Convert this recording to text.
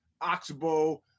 Oxbow